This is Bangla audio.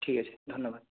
ঠিক আছে ধন্যবাদ